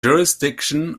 jurisdiction